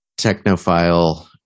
technophile